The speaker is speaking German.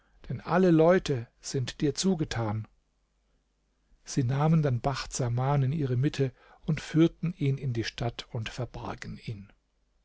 denn alle leute sind dir zugetan sie nahmen dann bacht saman in ihre mitte und führten ihn in die stadt und verbargen ihn